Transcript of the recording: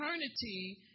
eternity